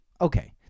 okay